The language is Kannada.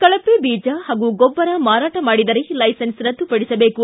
ಕಳಪೆ ಬೀಜ ಹಾಗೂ ಗೊಬ್ಬರ ಮಾರಾಟ ಮಾಡಿದರೆ ಲೈಸನ್ಸ್ ರದ್ದುಪಡಿಸಬೇಕು